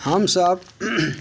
हमसब